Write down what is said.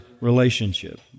relationship